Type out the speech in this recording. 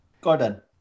Gordon